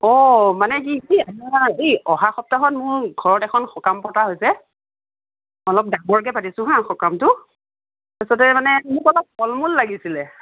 অঁ মানে কি কি মই এই অহা সপ্তাহত মোৰ ঘৰত এখন সকাম পতা হৈছে অলপ ডাঙৰকৈ পাতিছোঁ হাঁ সকামটো তাৰ পাছতে মানে মোক অলপ ফল মূল লাগিছিল